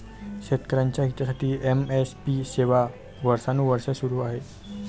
शेतकऱ्यांच्या हितासाठी एम.एस.पी सेवा वर्षानुवर्षे सुरू आहे